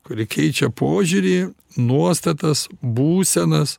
kuri keičia požiūrį nuostatas būsenas